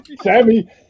Sammy